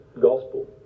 gospel